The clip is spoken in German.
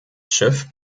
schiff